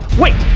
wait,